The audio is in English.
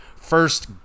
First